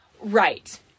Right